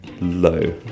low